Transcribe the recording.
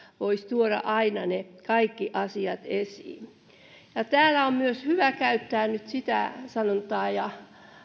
voisi tuoda aina ne kaikki asiat esiin täällä on myös hyvä käyttää nyt sitä sanontaa ja